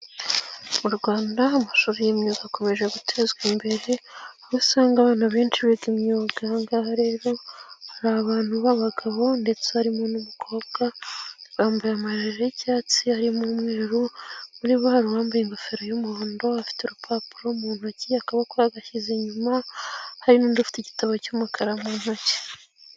Mu Rwanda amashuri y'imyuga akomeje gutezwa imbere. Aho usanga abana benshi biga imyuganga. Aha ngaha rero hari abantu b'abagabo ndetse harimo n'umukobwa bambaye amajire y'icyatsi arimo umweru. Muri bo hari uwambaye ingofero y'umuhondo afite urupapuro mu ntoki akaboko yagashyize inyuma. Hari n'undi ufite igitabo cy'umukara mu ntoki.